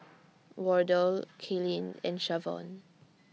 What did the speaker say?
Wardell Kaelyn and Shavon